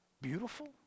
beautiful